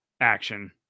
action